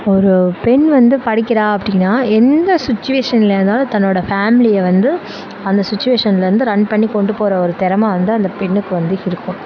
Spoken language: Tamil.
ஒரு பெண் வந்து படிக்கிறா அப்படினா எந்த சுச்சுவேஷனில் இருந்தாலும் தன்னோட ஃபேமிலியை வந்து அந்த சுச்சுவேஷன்லயிருந்து ரன் பண்ணி கொண்டுபோகிற ஒரு திறம வந்து அந்த பெண்ணுக்கு வந்து இருக்கும்